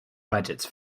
budgets